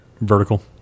Vertical